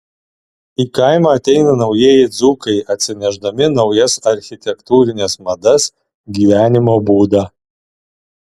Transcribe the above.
į kaimą ateina naujieji dzūkai atsinešdami naujas architektūrines madas gyvenimo būdą